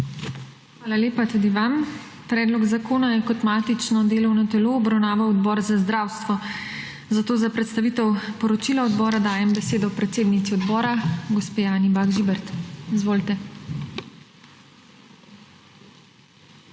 Hvala lepa tudi vam. Predlog zakona je kot matično delovno telo obravnaval Odbor za zdravstvo, zato za predstavitev poročila odbora dajem besedo predsednici odbora gospe Anji Bah Žibert. Izvolite.